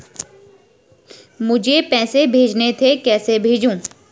मुझे पैसे भेजने थे कैसे भेजूँ?